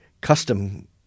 custom